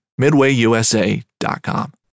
MidwayUSA.com